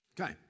Okay